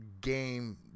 game